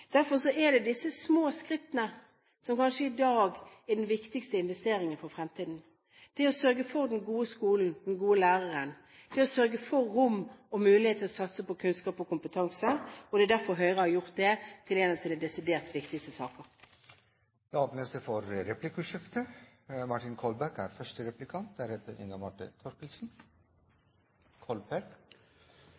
Derfor er det disse små skrittene som kanskje i dag er den viktigste investeringen for fremtiden, det å sørge for den gode skolen, den gode læreren, det å sørge for rom og mulighet for å satse på kunnskap og kompetanse. Det er derfor Høyre har gjort det til en av sine desidert viktigste saker. Det blir replikkordskifte. Norsk politikk preges av to grunnleggende trekk. Det ene er